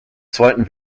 zweiten